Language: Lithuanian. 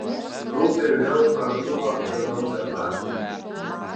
grupė vėl prabilo apie naują darbą